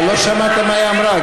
אתה לא שמעת מה היא אמרה.